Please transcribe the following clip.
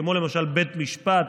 כמו למשל בית משפט,